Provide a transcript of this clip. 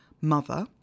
mother